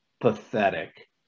pathetic